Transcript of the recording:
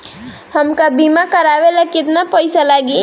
हमका बीमा करावे ला केतना पईसा लागी?